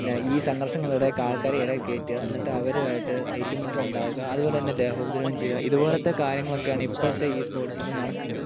പിന്നെ ഈ സംഘർഷങ്ങളിലൂടെയൊക്കെ ആൾക്കാരെ ഇടയിൽ കയറ്റുക എന്നിട്ട് അവരും ആയിട്ട് ഏറ്റുമുട്ടലുകൾ ഉണ്ടാവുക അതുപോലെ തന്നെ ദേഹോപദ്രവം ചെയ്യുക ഇതുപോലത്തെ കാര്യങ്ങളൊക്കെയാണ് ഇപ്പോഴത്തെ ഈ സ്പോർട്സിൽ നടക്കുന്നത്